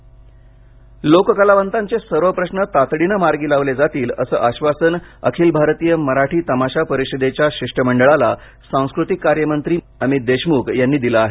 लोकलावंत प्रश्न लातर लोक कलावंताचे सर्व प्रश्न तातडीने मार्गी लावले जातील असे आश्वासन अखिल भारतीय मराठी तमाशा परिषदेच्या शिष्टमंडळाला सांस्कृतिक कार्यमंत्री मंत्री अमित देशमुख यांनी दिले आहे